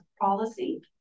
policy